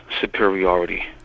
superiority